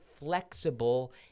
flexible